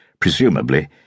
presumably